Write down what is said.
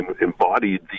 embodied